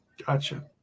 Gotcha